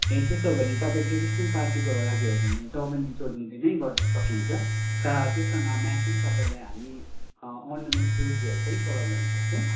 ए त्यसो हो भने तपाईँ ट्रेडिसनल पार्टीको लागि हो भने चौबन्दी चोली लिँदै गर्न सक्नुहुन्छ त्योसँग म्याचिङ तपाईँहरूलाई हामी अर्नामेन्ट्स ज्वेलरीहरू पनि प्रोभाइड गर्न सक्छौँ